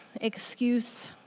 excuse